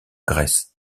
grèce